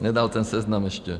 Nedal ten seznam ještě.